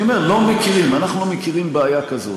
אני אומר, לא מכירים, אנחנו לא מכירים בעיה כזאת.